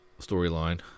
storyline